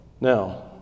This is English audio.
Now